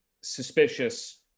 suspicious